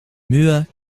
mühe